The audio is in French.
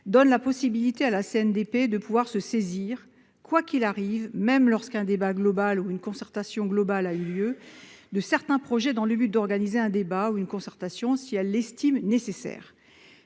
3 permet à la CNDP de se saisir, quoi qu'il arrive, c'est-à-dire même lorsqu'un débat global ou une concertation globale a eu lieu, de certains projets, dans le but d'organiser un débat ou une concertation, si elle l'estime nécessaire.